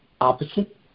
opposite